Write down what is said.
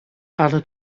other